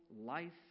life